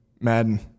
Madden